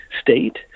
state